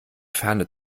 ferne